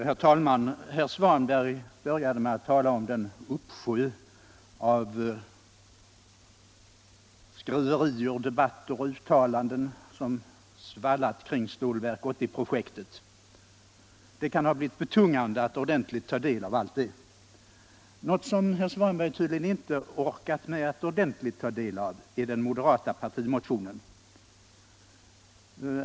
Herr talman! Herr Svanberg började med att tala om den uppsjö av skriverier, debatter och uttalanden som svallat kring Stålverk 80-projektet. Det kan ha blivit betungande att ordentligt ta del av allt det. Något som herr Svanberg tydligen inte orkat med att ordentligt ta del av är den moderata partimotionen.